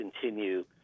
continue